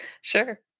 Sure